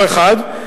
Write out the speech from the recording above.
לא אחד,